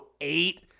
eight